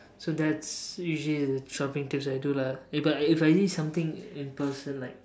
so that's usually the shopping tip I do lah eh but if if I need something in person like